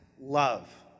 love